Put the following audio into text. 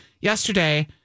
yesterday